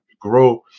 grow